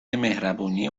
مهربونی